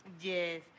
Yes